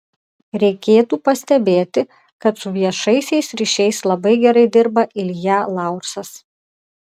reikėtų pastebėti kad su viešaisiais ryšiais labai gerai dirba ilja laursas